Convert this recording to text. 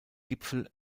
gipfel